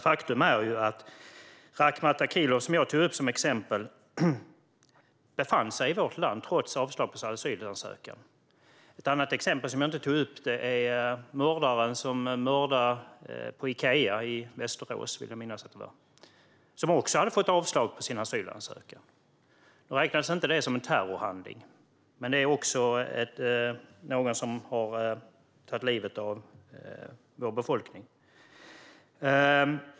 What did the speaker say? Faktum är dock att Rakhmat Akilov, som jag tog upp som exempel, befann sig i vårt land trots avslag på asylansökan. Ett annat exempel som jag inte tog upp är mördaren på Ikea i Västerås, vill jag minnas att det var, som också hade fått avslag på sin asylansökan. Det räknades inte som en terrorhandling, men det var också ett fall där man tog livet av någon i vår befolkning.